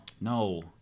No